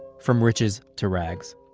from riches to rags.